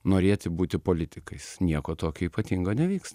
norėti būti politikais nieko tokio ypatingo nevyks